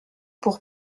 pour